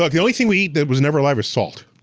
like the only thing we eat that was never alive is salt.